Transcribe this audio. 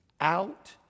out